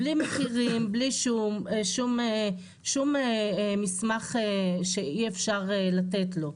בלי מחירים, בלי שום מסמך שאי אפשר לתת לו.